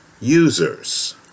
users